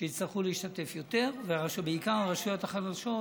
שיצטרכו להשתתף יותר, ובעיקר הרשויות החלשות,